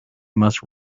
must